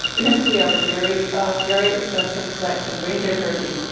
you can see we have a very very extensive collection. reindeer herding,